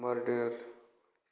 मार्डियर